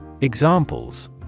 Examples